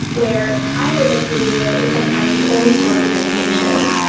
where eyewitness video is sometimes the only source of information.